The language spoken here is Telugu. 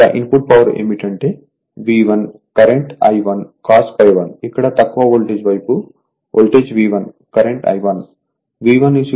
ఇక్కడ ఇన్పుట్ పవర్ ఏమిటంటే V1 కరెంట్ I1 cos ∅1 ఇక్కడ తక్కువ వోల్టేజ్ వైపు వోల్టేజ్ V1కరెంట్ I1 V1 200 వోల్ట్ I1 20